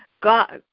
got